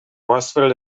astfel